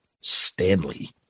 Stanley